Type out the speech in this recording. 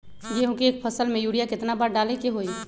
गेंहू के एक फसल में यूरिया केतना बार डाले के होई?